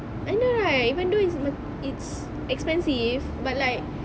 I know right even though it's it's expensive but like